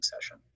session